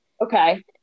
okay